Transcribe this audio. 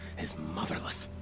is motherless.